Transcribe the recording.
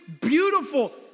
beautiful